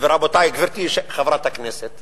גברתי חברת הכנסת,